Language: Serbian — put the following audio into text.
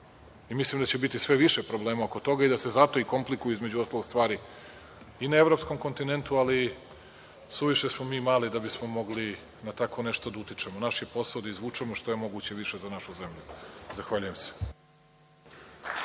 i mislim da će biti sve više problema oko toga i da se zato i komplikuju između ostalog stvari i na evropskom kontinentu, ali suviše smo mi mali da bismo mogli na tako nešto da utičemo. Naš je posao da izvučemo što je moguće više za našu zemlju. Zahvaljujem se.